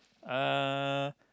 uh